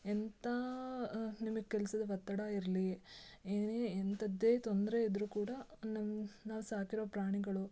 ಎಂಥಾ ನಿಮ್ಗೆ ಕೆಲಸದ ಒತ್ತಡ ಇರಲಿ ಏನೇ ಎಂಥದ್ದೆ ತೊಂದರೆ ಇದ್ದರೂ ಕೂಡ ನಮ್ಮ ನಾವು ಸಾಕಿರೋ ಪ್ರಾಣಿಗಳು